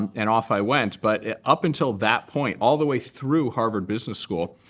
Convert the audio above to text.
and off i went. but up until that point all the way through harvard business school,